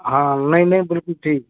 हाँ नहीं नहीं बिल्कुल ठीक